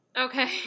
Okay